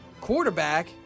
quarterback